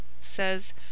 says